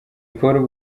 polly